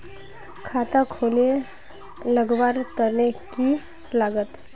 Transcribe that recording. खाता खोले लगवार तने की लागत?